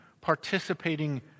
participating